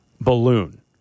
balloon